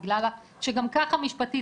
בגלל שגם ככה משפטית,